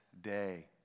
day